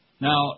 Now